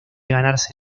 ganarse